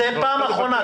פעם אחרונה.